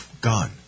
gone